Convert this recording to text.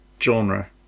genre